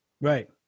Right